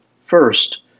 First